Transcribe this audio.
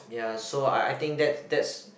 ya so I I think that that's